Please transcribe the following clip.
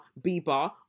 Bieber